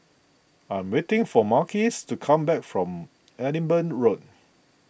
I am waiting for Marques to come back from Edinburgh Road